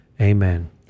Amen